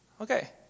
Okay